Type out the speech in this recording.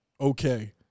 Okay